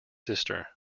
sister